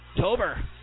Tober